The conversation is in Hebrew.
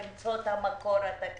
צריך לזכור שאנחנו גם נמצאים כרגע בתהליך של